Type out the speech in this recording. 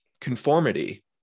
conformity